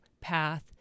path